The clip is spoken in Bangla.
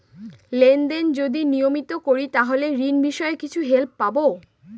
লেন দেন যদি নিয়মিত করি তাহলে ঋণ বিষয়ে কিছু হেল্প পাবো?